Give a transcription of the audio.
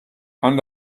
and